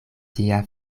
tia